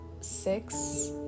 six